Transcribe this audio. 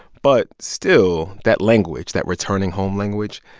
but still, that language, that returning-home language,